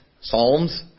psalms